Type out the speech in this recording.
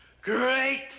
great